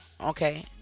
Okay